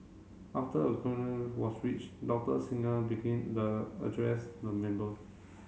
after a quorum was reached Doctor Singh began the address the member